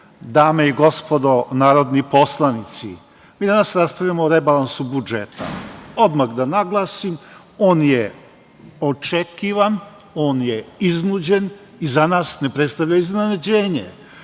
dame i gospodo narodni poslanici, mi danas raspravljamo o rebalansu budžeta. Odmah da naglasim, on je očekivan, on je iznuđen i za nas ne predstavlja iznenađenje.